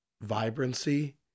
vibrancy